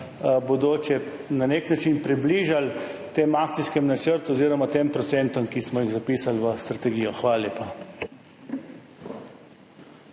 bodoče, na nek način približali temu akcijskemu načrtu oziroma tem procentom, ki smo jih zapisali v strategijo. Hvala lepa.